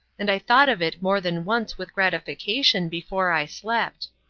and i thought of it more than once with gratification before i slept.